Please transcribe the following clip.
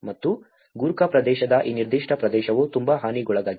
ಮತ್ತು ಗೂರ್ಖಾ ಪ್ರದೇಶದ ಈ ನಿರ್ದಿಷ್ಟ ಪ್ರದೇಶವು ತುಂಬಾ ಹಾನಿಗೊಳಗಾಗಿದೆ